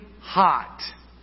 hot